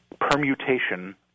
permutation